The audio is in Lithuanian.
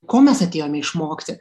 ko mes atėjome išmokti